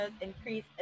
increase